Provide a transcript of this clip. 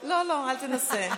לא, אל תנסה.